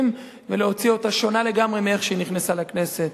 ולהוציא אותה שונה לגמרי מכפי שהיא נכנסה לכנסת.